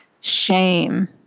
shame